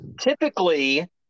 typically